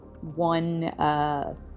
one –